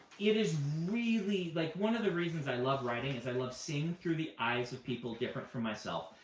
it is really, like, one of the reasons i love writing is i love seeing through the eyes of people different from myself,